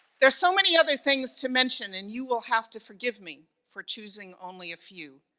there are so many other things to mention and you will have to forgive me for choosing only a few.